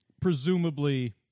presumably